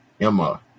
Emma